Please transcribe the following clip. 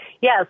Yes